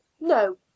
no